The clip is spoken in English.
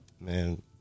Man